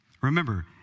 remember